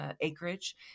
acreage